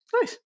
Nice